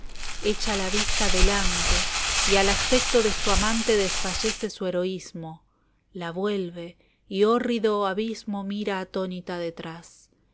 echa la vista delante y al aspecto de su amante desfallece su heroísmo la vuelve y hórrido abismo esteban echbvbeeía mira atónita detrás